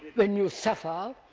when you suffer,